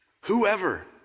whoever